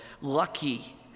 lucky